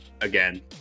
Again